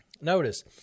Notice